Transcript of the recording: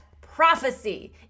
prophecy